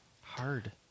Hard